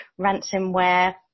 ransomware